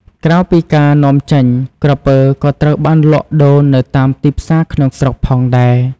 ក្រៅពីការនាំចេញ ក្រពើក៏ត្រូវបានលក់ដូរនៅតាមទីផ្សារក្នុងស្រុកផងដែរ។